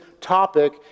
topic